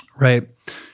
right